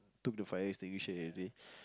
took the fire extinguisher already